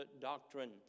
doctrine